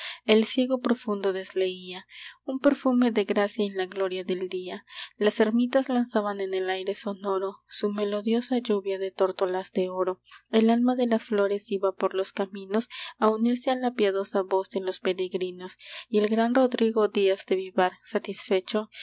el cielo profundo desleía un perfume de gracia en la gloria del día las ermitas lanzaban en el aire sonoro su melodiosa lluvia de tórtolas de oro el alma de las flores iba por los caminos a unirse a la piadosa voz de los peregrinos y el gran rodrigo díaz de vivar satisfecho